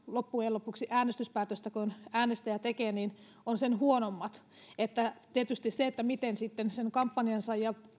loppujen lopuksi kuitenkaan kun äänestäjä tekee äänestyspäätöstä ovat sen huonommat tietysti siihen miten sitten sen kampanjansa ja